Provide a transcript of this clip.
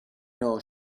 know